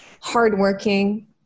Hardworking